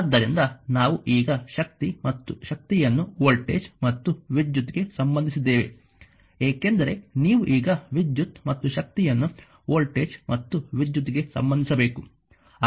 ಆದ್ದರಿಂದ ನಾವು ಈಗ ಶಕ್ತಿ ಮತ್ತು ಶಕ್ತಿಯನ್ನು ವೋಲ್ಟೇಜ್ ಮತ್ತು ವಿದ್ಯುತ್ ಕ್ಕೆ ಸಂಬಂಧಿಸಿದ್ದೇವೆ ಏಕೆಂದರೆ ನೀವು ಈಗ ವಿದ್ಯುತ್ ಮತ್ತು ಶಕ್ತಿಯನ್ನು ವೋಲ್ಟೇಜ್ ಮತ್ತು ವಿದ್ಯುತ್ ಗೆ ಸಂಬಂಧಿಸಬೇಕು